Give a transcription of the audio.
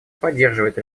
поддерживает